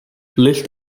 list